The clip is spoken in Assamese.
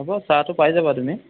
হ'ব চাহটো পাই যাবা তুমি